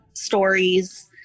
stories